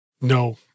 No